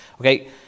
Okay